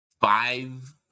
five